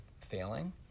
failing